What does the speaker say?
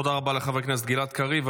תודה רבה לחבר הכנסת גלעד קריב.